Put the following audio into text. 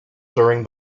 during